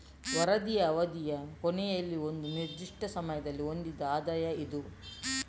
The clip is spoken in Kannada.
ವರದಿಯ ಅವಧಿಯ ಕೊನೆಯಲ್ಲಿ ಒಂದು ನಿರ್ದಿಷ್ಟ ಸಮಯದಲ್ಲಿ ಹೊಂದಿದ ಆದಾಯ ಇದು